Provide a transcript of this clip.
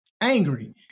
angry